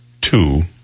two